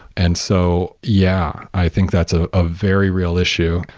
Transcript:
and so yeah, i think that's a ah very real issue.